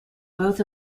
both